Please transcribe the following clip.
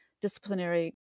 Disciplinary